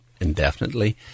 indefinitely